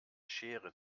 schere